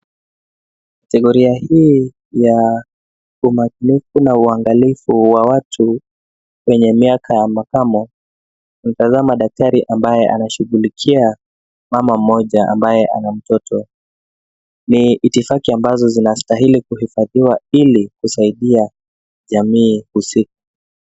Kategoria hii ya umakinifu na uangalifu wa watu wenye miaka ya makamo. Tunatazama daktari ambaye anashughulikia mama mmoja ambaye ana mtoto. Ni hitifaki ambazo zinastahili kuhifadhiwa, ili kusaidia jamii husika.